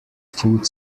food